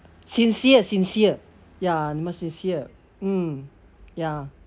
sincere sincere ya must be sincere mm ya